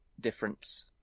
difference